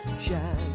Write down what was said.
shine